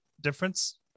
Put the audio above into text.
difference